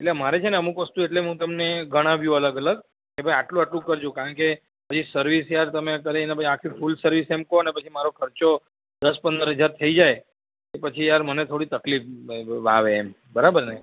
એટલે મારે છે ને અમુક વસ્તુ એટલે હું તમને ગણાવિયું અલગ અલગ કે ભાઈ આટલું આટલું કરજો કારણકે પછી સર્વિસ યાર તમે કરીને પછી આખી ફૂલ સર્વિસ એમ કોને પછી મારો ખર્ચો દસ પંદર હજાર થઈ જાય એ પછી યાર મને થોડી તકલીફ આવે એમ બરાબર ને